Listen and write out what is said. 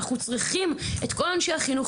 אנחנו צריכים את כל אנשי החינוך,